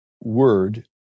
word